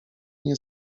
nie